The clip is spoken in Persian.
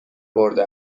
برده